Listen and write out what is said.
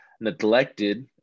neglected